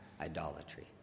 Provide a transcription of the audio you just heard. idolatry